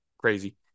Crazy